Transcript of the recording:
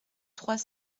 trois